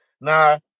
Now